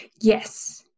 yes